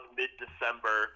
mid-December